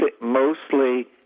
mostly